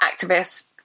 activists